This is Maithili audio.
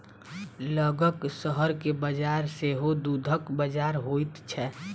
लगक शहर के बजार सेहो दूधक बजार होइत छै